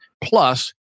plus